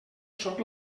sóc